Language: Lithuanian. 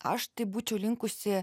aš tai būčiau linkusi